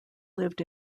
lived